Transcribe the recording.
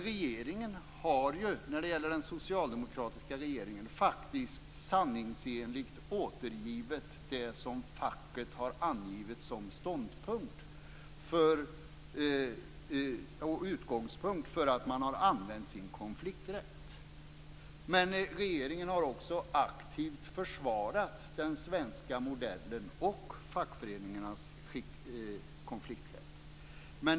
Men den socialdemokratiska regeringen har faktiskt sanningsenligt återgivit det som facket har angivit som utgångspunkt för att man har använt sin konflikträtt. Regeringen har också aktivt försvarat den svenska modellen och fackföreningarnas konflikträtt.